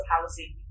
housing